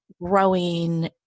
growing